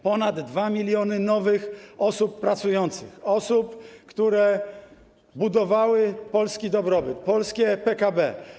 Ponad 2 mln nowych osób pracujących, osób, które budowały polski dobrobyt, polskie PKB.